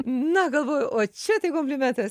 na galvoju o čia tai komplimentas